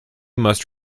must